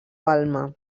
balma